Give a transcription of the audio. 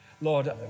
Lord